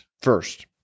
first